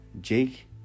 Jake